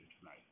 tonight